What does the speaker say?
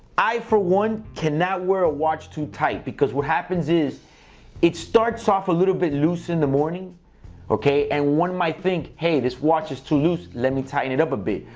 i for one cannot wear a watch too tight, because what happens is it starts off a little bit loose in the morning and one might think, hey, this watch is too loose. let me tighten it up a bit.